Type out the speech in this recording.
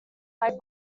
like